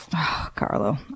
Carlo